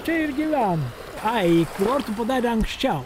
čia ir gyvena ai kurortu padarė anksčiau